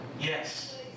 Yes